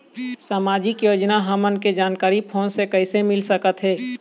सामाजिक योजना हमन के जानकारी फोन से कइसे मिल सकत हे?